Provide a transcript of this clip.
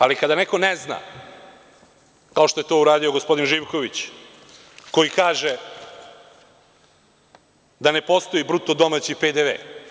Ali, kada neko ne zna, kao što je to uradio gospodin Živković, koji kaže – da ne postoji bruto domaći PDV.